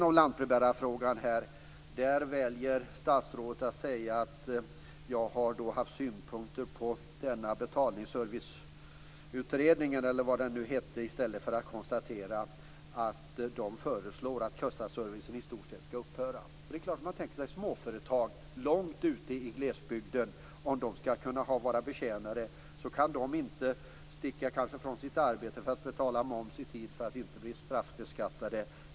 I lantbrevbärarfrågan väljer statsrådet att säga att jag har haft synpunkter på Betalserviceutredningen i stället för att konstatera att den föreslår att kassaservicen i stort sett skall upphöra. Småföretagare långt ute i glesbygden skall kunna betjänas för att kunna betala in moms i tid så att de inte blir straffbeskattade.